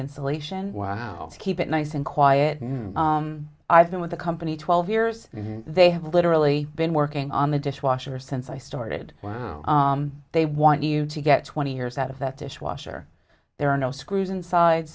insulation to keep it nice and quiet and i've been with the company twelve years and they have literally been working on the dishwasher since i started they want you to get twenty years out of that dishwasher there are no screws inside